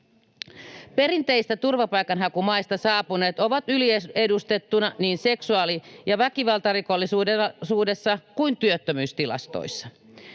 Perinteisistä turvapaikanhakumaista saapuneet ovat yliedustettuja niin seksuaali- ja väkivaltarikollisuudessa kuin työttömyystilastoissa.